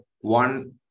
one